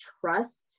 trust